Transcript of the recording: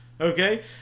Okay